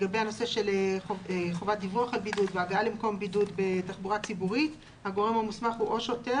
הגורם המוסמך להטיל